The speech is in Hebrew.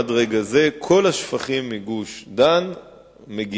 עד לרגע זה כל השפכים מגוש-דן מגיעים,